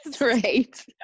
Right